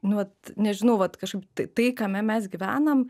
nu vat nežinau vat kažkaip tai kame mes gyvenam